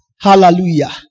hallelujah